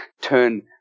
turn